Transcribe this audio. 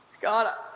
God